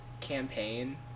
campaign